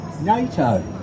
NATO